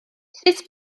sut